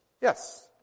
Yes